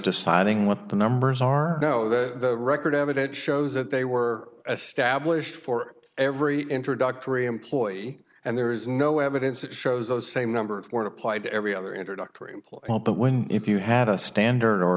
deciding what the numbers are no the record evident shows that they were established for every introductory employee and there is no evidence that shows those same numbers were applied to every other introductory employment but when if you had a standard or